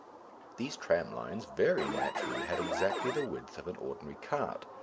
these tram-lines very naturally had exactly the width of an ordinary cart,